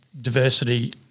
diversity